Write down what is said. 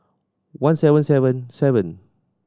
one seven seven seven